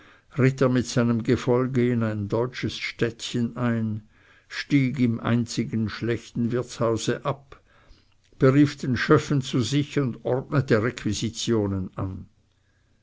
mit seinem gefolge in ein deutsches städtchen ein stieg im einzigen schlechten wirtshause ab berief den schöffen zu sich und ordnete requisitionen an